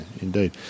indeed